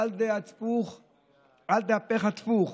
"על דאטפך אטפוך",